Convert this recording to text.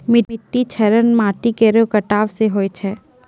मिट्टी क्षरण माटी केरो कटाव सें होय छै